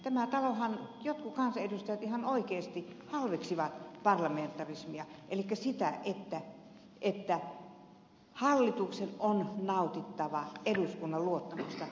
tässä talossahan jotkut kansanedustajat ihan oikeasti halveksivat parlamentarismia elikkä sitä että hallituksen on nautittava eduskunnan luottamusta